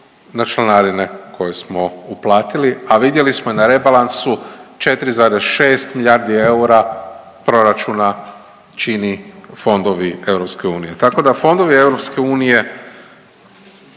na članarine koje smo uplatili, a vidjeli smo i na rebalansu 4,6 milijardi eura proračuna čini fondovi EU. Tako da fondovi EU